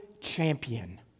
champion